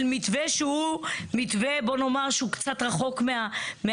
מתווה שהוא מתווה בוא נאמר שהוא קצת רחוק מהמגורים,